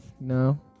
no